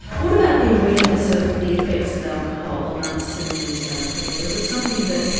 what about the awareness of the effects of alcohol among sudanese young people? is it something that.